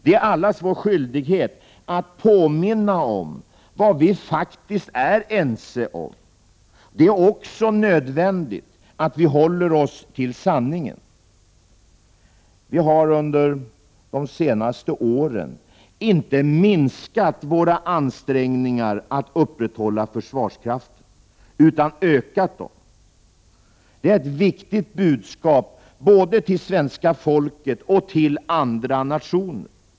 Det är allas vår skyldighet att påminna om vad vi faktiskt är ense om. Det är också nödvändigt att vi håller oss till sanningen. Vi har under de senaste åren inte minskat våra ansträngningar att upprätthålla försvarskraften utan ökat dem. Det är ett viktigt budskap både till svenska folket och till andra nationer.